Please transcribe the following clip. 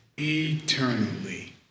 eternally